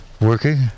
working